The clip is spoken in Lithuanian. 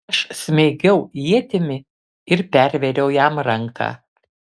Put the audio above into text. aš smeigiau ietimi ir pervėriau jam ranką